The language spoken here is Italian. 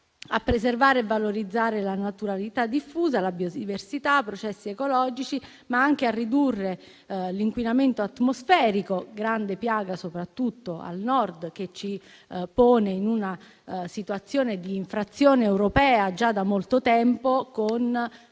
a preservare e valorizzare la naturalità diffusa, la biodiversità e i processi ecologici, ma anche a ridurre l'inquinamento atmosferico, grande piaga soprattutto al Nord, che ci pone in una situazione di infrazione europea già da molto tempo, con